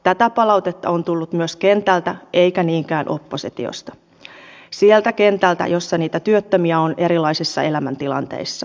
tätä palautetta on tullut myös kentältä eikä niinkään oppositiosta sieltä kentältä missä niitä työttömiä on erilaisissa elämäntilanteissa